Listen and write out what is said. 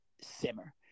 simmer